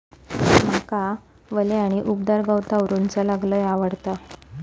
माका वल्या आणि उबदार गवतावरून चलाक लय आवडता